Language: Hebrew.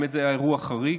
שזה באמת היה אירוע חריג.